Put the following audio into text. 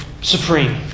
supreme